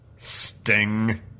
Sting